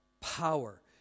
power